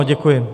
Děkuji.